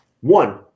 One